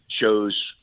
shows